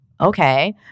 okay